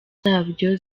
zabyo